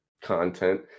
content